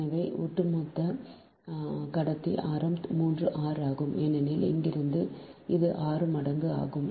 எனவே ஒட்டுமொத்த கடத்தி ஆரம் 3 r ஆகும் ஏனெனில் இங்கிருந்து இது 6 மடங்கு ஆகும்